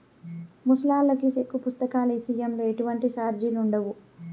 ముసలాల్లకి సెక్కు పుస్తకాల ఇసయంలో ఎటువంటి సార్జిలుండవు